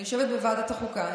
אני יושבת בוועדת החוקה,